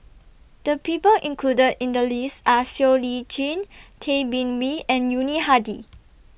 The People included in The list Are Siow Lee Chin Tay Bin Wee and Yuni Hadi